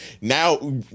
now